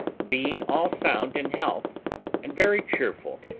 being all sound in health and very cheerful,